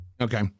Okay